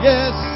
Yes